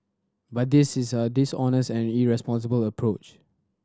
but this is a dishonest and irresponsible approach